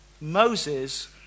Moses